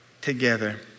together